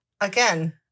Again